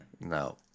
No